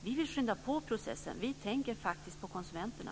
Vi vill skynda på processen. Vi tänker faktiskt på konsumenterna.